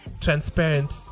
Transparent